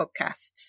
podcasts